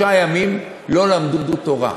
שלושה ימים לא למדו תורה.